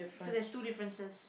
so there's two differences